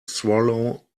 swallow